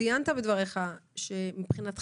ציינת בדבריך שמבחינתכם